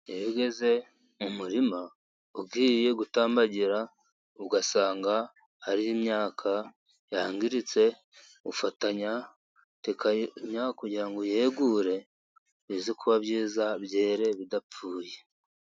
Ugeze mu murima, ugiye gutambagira ugasanga hari imyaka yangiritse, ufatanya tekanya kugira ngo uyegure bize kuba byiza byera bidapfuye.